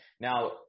Now